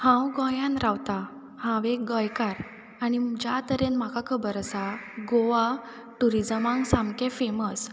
हांव गोंयांत रावतां हांव एक गोंयकार आनी ज्या तरेन म्हाका खबर आसा गोवा ट्युरीजमाक सामकें फेमस